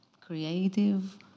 creative